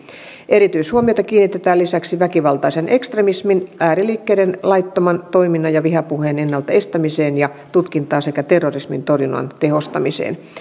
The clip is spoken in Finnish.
erityishuomiota kiinnitetään lisäksi väkivaltaisen ekstremismin ääriliikkeiden laittoman toiminnan ja vihapuheen ennaltaestämiseen ja tutkintaan sekä terrorismintorjunnan tehostamiseen